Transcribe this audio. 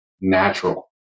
natural